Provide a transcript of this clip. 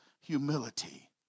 humility